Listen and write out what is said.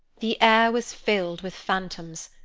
the air was filled with phantoms,